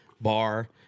bar